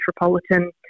metropolitan